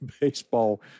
baseball